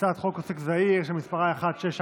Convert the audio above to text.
הצעת חוק עוסק זעיר, שמספרה 1644,